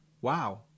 Wow